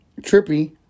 trippy